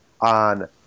on